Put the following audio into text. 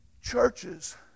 churches